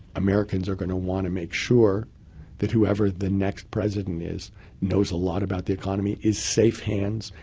americans are going to want to make sure that whoever the next president is knows a lot about the economy, is safe hands,